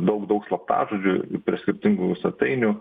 daug daug slaptažodžių prie skirtingų svetainių